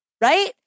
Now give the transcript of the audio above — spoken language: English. right